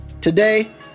Today